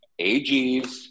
AGs